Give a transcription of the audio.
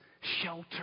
shelter